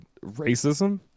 racism